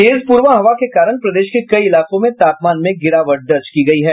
तेज पूर्वा हवा के कारण प्रदेश के कई इलाकों में तापमान में गिरावट दर्ज की गयी है